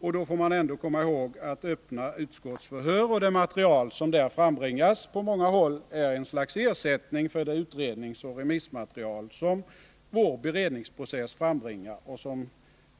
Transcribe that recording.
Och då får man ändå komma ihåg att öppna utskottsförhör och det material som där frambringas på många håll är ett slags ersättning för det utredningsoch remissmaterial som vår beredningsprocess frambringar och som